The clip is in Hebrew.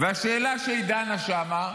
השאלה שנדונה שם,